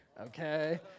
okay